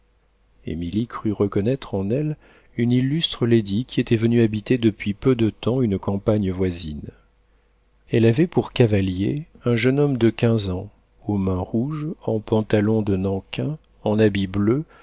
émilie crut reconnaître en elle une illustre lady qui était venue habiter depuis peu de temps une campagne voisine elle avait pour cavalier un jeune homme de quinze ans aux mains rouges en pantalon de nankin en habit bleu